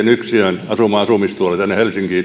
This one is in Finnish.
yksiöön asumaan asumistuella tänne helsinkiin ja